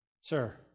Sir